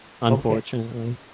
unfortunately